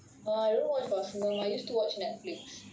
I don't watch vasantham I used to watch Netflix